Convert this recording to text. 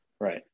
right